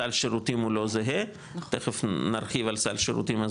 סל שירותים הוא לא זהה,